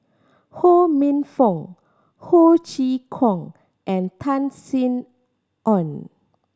Ho Minfong Ho Chee Kong and Tan Sin Aun